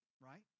right